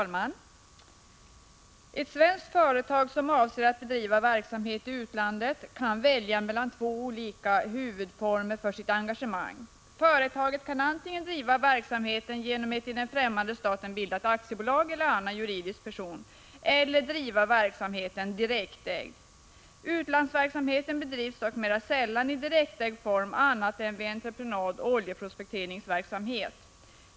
Fru talman! Ett svenskt företag som avser att bedriva verksamhet i utlandet kan välja mellan två olika huvudformer för sitt engagemang. Företaget kan antingen driva verksamheten genom ett i den främmande staten bildat aktiebolag eller annan juridisk person eller driva verksamheten direktägd. Utlandsverksamheten bedrivs dock mera sällan i direktägd form annat än vid entreprenadoch oljeprospekteringsverksamhet.